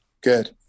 Good